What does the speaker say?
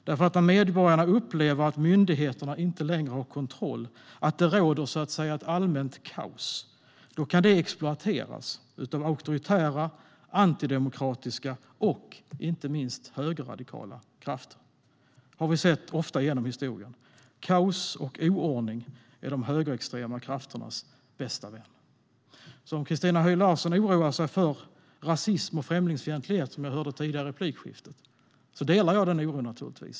När medborgarna upplever att myndigheterna inte längre har kontroll, att det råder ett allmänt kaos, kan det exploateras av auktoritära, antidemokratiska och inte minst högerradikala krafter. Det har vi sett ofta genom historien. Kaos och oordning är de högerextrema krafternas bästa vän. Jag hörde i det tidigare replikskiftet att Christina Höj Larsen oroade sig för rasism och främlingsfientlighet. Jag delar naturligtvis den oron.